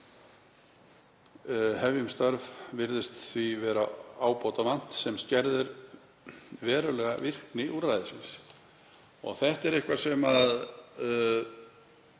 Hefjum störf virðist því vera ábótavant, sem skerðir verulega virkni úrræðisins.“ — Þetta er að koma